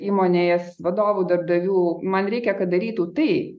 įmonės vadovų darbdavių man reikia kad darytų tai